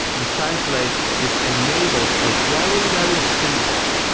essentially this enables a very, very simple,